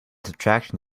subtraction